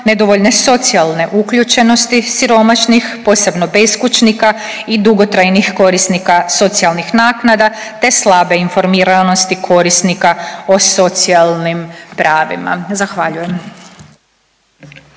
nedovoljne socijalne uključenosti siromašnih, posebno beskućnika i dugotrajnih korisnika socijalnih naknada te slabe informiranosti korisnika o socijalnim pravima. Zahvaljujem.